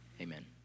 amen